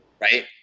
right